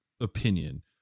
opinion